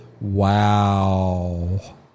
wow